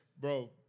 Bro